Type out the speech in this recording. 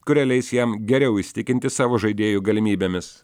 kurie leis jam geriau įsitikinti savo žaidėjų galimybėmis